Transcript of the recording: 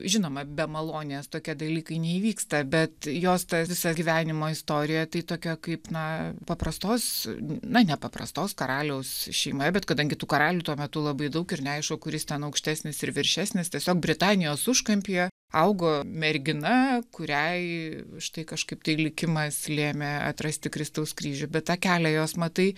žinoma be malonės tokie dalykai neįvyksta bet jos ta visa gyvenimo istorija tai tokia kaip na paprastos na ne paprastos karaliaus šeima bet kadangi tų karalių tuo metu labai daug ir neaišku kuris ten aukštesnis ir viršesnis tiesiog britanijos užkampyje augo mergina kuriai štai kažkaip tai likimas lėmė atrasti kristaus kryžių bet tą kelią jos matai